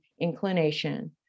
inclination